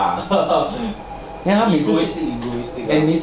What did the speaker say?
egoistic egoistic ah